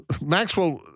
Maxwell